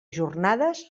jornades